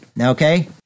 Okay